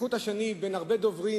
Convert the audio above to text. וכחוט השני, בין הרבה דוברים,